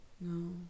No